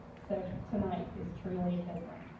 so tonight is truly kismet.